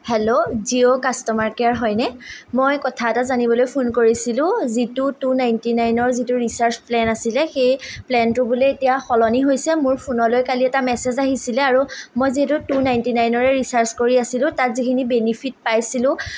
hello Jio customer care হয়নে মই কথা এটা জানিবলৈ ফোন কৰিছিলোঁ যিটো টু নাইণ্টি নাইনৰ যিটো ৰিচাৰ্জ প্লেন আছিলে সেই প্লেনটো বোলে এতিয়া সলনি হৈছে মোৰ ফোনলৈ কালি এটা মেছেজ আহিছিলে আৰু মই যিহেতু টু নাইণ্টি নাইনৰে ৰিচাৰ্জ কৰি আছিলোঁ তাত যিখিনি বেনিফিট পাইছিলোঁ